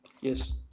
Yes